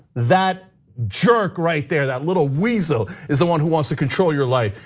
that jerk right there. that little weasel, is the one who wants to control your life.